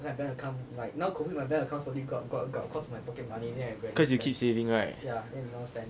cause you keep saving right